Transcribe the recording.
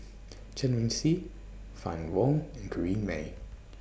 Chen Wen Hsi Fann Wong and Corrinne May